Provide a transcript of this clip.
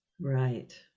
Right